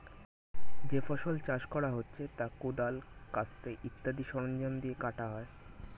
যে ফসল চাষ করা হচ্ছে তা কোদাল, কাস্তে ইত্যাদি সরঞ্জাম দিয়ে কাটা হয়